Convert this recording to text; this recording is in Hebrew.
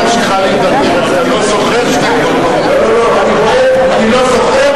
אני אומר לך: